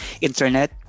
internet